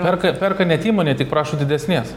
perka perka net įmonė tik prašo didesnės